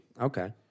Okay